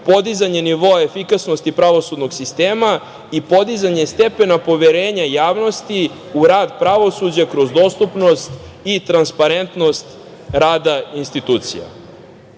podizanje nivoa efikasnosti pravosudnog sistema i podizanje stepena poverenja javnosti u rad pravosuđa kroz dostupnost i transparentnost rada institucija.I,